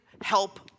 help